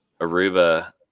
Aruba